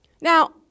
Now